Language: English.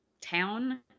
town